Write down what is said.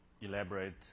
elaborate